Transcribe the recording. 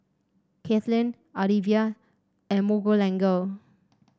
Kathlene Alivia and Miguelangel